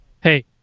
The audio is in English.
hey